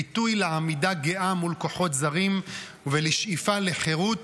ביטוי לעמידה גאה מול כוחות זרים ולשאיפה לחירות,